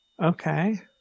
Okay